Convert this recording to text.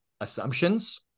assumptions